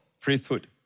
priesthood